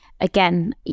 again